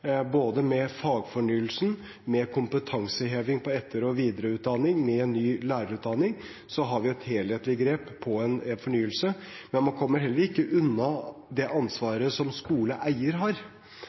kompetanseheving på etter- og videreutdanning og ny lærerutdanning, har vi et helhetlig grep på en fornyelse. Men man kommer heller ikke unna det